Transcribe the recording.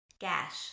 Gash